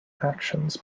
actions